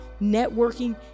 networking